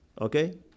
Okay